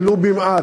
ולו במעט,